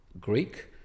Greek